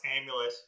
amulet